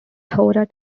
torah